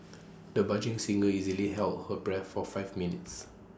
the budding singer easily held her breath for five minutes